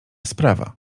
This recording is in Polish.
sprawa